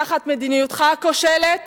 תחת מדיניותך הכושלת